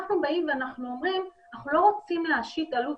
אנחנו באים ואומרים שאנחנו לא רוצים להשית עלות